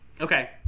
Okay